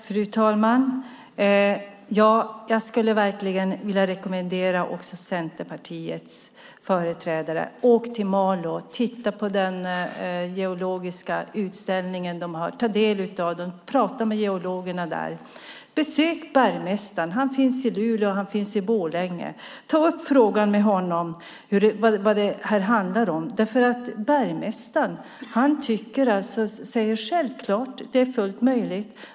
Fru talman! Jag skulle verkligen vilja rekommendera också Centerpartiets företrädare att åka till Malå och titta på den geologiska utställningen, ta del av den och prata med geologerna där. Besök bergmästaren! De finns i Luleå och Borlänge. Ta upp frågan, vad det här handlar om, med honom! Bergmästaren säger att detta självklart är fullt möjligt.